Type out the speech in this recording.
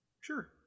Sure